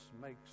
makes